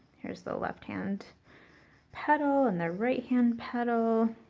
here's the left-hand petal, and the right-hand petal,